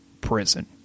Prison